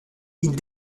ils